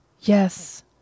Yes